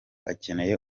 akeneye